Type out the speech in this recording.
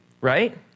Right